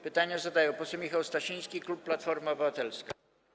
Pytanie zadaje poseł Michał Stasiński, klub Platforma Obywatelska.